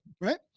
Right